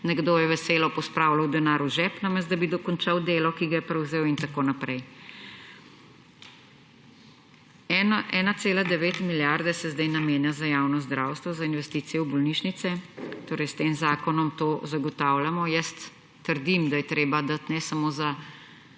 nekdo je veselo pospravljal denar v žep, namesto da bi dokončal delo, ki ga je prevzel, in tako naprej. 1,9 milijarde se sedaj namenja za javno zdravstvo, za investicije v bolnišnice, torej s tem zakonom to zagotavljamo. Jaz trdim, da je treba dati ne samo za